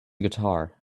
guitar